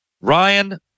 Ryan